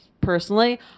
personally